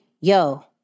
yo